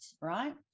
right